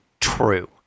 true